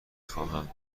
خواهم